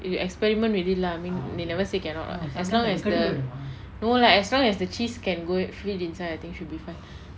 if you experiment with it lah I mean they never say cannot as long as the no like as long as the cheese can go fit inside I think should be fine